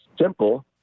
simple